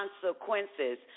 consequences